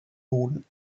boden